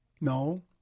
No